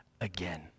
again